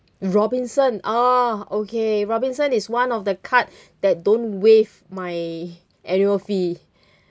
robinson ah okay robinson is one of the card that don't waive my annual fee